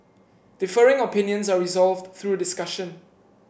differing opinions are resolved through discussion